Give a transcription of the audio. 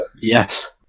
Yes